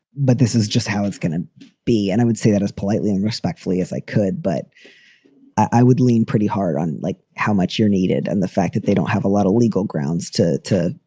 but this is just how it's going to be. and i would say that as politely and respectfully as i could, but i would lean pretty hard on, like, how much you're needed and the fact that they don't have a lot of legal grounds to to